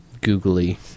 googly